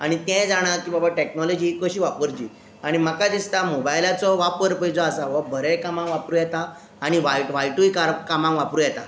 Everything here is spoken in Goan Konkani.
आनी ते जाणा की बाबा टॅक्नोलॉजी कशी वापरची आनी म्हाका दिसता मोबायलाचो वापर पळय जो आसा वो बरेंय कामांक वापरूं येता आनी वायट वायटूय कार कामांक वापरूं येता